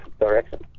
direction